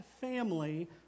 family